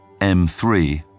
M3